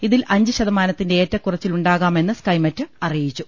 ഇതിൽ അഞ്ച് ശതമാനത്തിന്റെ ഏറ്റക്കു റച്ചിൽ ഉണ്ടാകാമെന്ന് സ്കൈമെറ്റ് അറിയിച്ചു